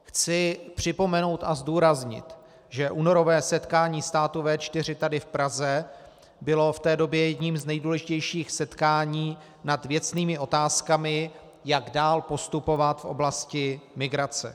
Chci připomenout a zdůraznit, že únorové setkání států V4 tady v Praze bylo v té době jedním z nejdůležitějších setkání nad věcnými otázkami, jak dál postupovat v oblasti migrace.